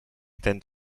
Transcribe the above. then